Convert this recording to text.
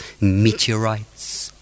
meteorites